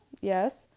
yes